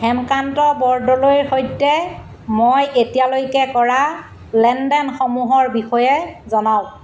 হেমকান্ত বৰদলৈৰ সৈতে মই এতিয়ালৈকে কৰা লেনদেনসমূহৰ বিষয়ে জনাওঁক